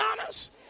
honest